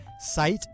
site